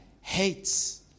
hates